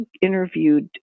interviewed